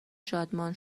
شادمان